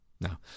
Now